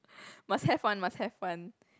must have one must have one